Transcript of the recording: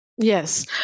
Yes